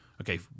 Okay